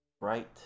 right